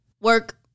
work